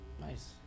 Nice